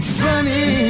sunny